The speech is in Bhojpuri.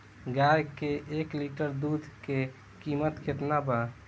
गाय के एक लीटर दुध के कीमत केतना बा?